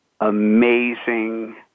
amazing